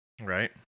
Right